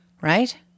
right